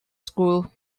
screw